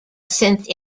since